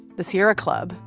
the sierra club.